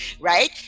right